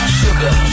sugar